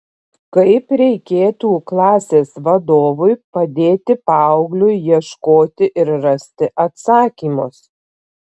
kaip reikėtų klasės vadovui padėti paaugliui ieškoti ir rasti atsakymus